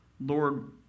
Lord